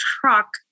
truck